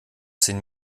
zehn